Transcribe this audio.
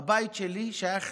הבית שלי שייך